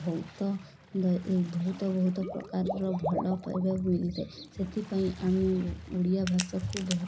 ବହୁତ ବହୁତ ବହୁତ ପ୍ରକାରର ଭଲ ପାଇବାକୁ ମିଳିଥାଏ ସେଥିପାଇଁ ଆମେ ଓଡ଼ିଆ ଭାଷାକୁ ବହୁତ